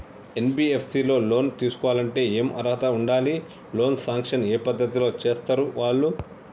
NBFS లో loan తీస్కోవాలంటే ఏం అర్హత ఉండాలి? లోన్ సాంక్షన్ ఏ పద్ధతి లో చేస్తరు వాళ్లు?